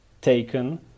taken